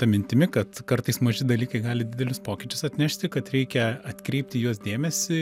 ta mintimi kad kartais maži dalykai gali didelius pokyčius atnešti kad reikia atkreipti į juos dėmesį